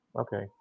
Okay